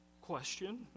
question